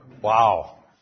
Wow